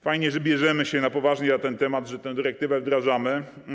Fajnie, że bierzemy się na poważnie za ten temat, że tę dyrektywę wdrażamy.